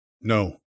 No